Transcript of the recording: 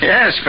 Yes